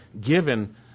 given